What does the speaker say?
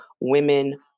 women